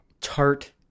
tart